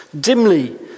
dimly